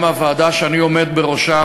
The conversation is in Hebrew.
גם הוועדה שאני עומד בראשה,